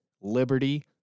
Liberty